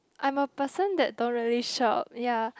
I am a person that don't really shop ya